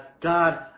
God